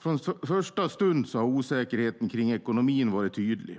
Från första stund har osäkerheten kring ekonomin varit tydlig,